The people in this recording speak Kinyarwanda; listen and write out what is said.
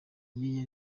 iyo